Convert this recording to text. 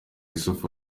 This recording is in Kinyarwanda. yussuf